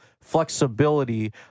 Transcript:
flexibility